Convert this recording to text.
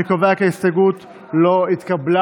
אני קובע כי ההסתייגות לא התקבלה.